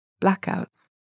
blackouts